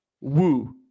Woo